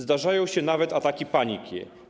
Zdarzają się nawet ataki paniki.